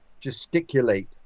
gesticulate